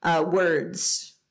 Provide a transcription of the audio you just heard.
Words